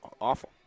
awful